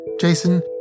Jason